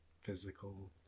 physical